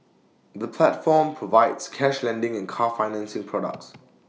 the platform provides cash lending and car financing products